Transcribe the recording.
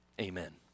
Amen